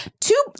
Two